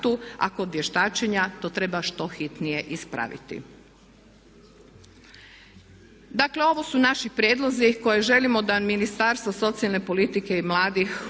a kod vještačenja to treba što hitnije ispraviti. Dakle ovo su naši prijedlozi koje želimo da Ministarstvo socijalne politike i mladih